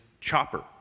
chopper